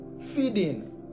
feeding